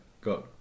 got